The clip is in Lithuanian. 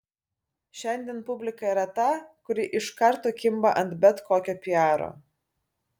šiandien publika yra ta kuri iš karto kimba ant bet kokio piaro